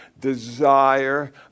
desire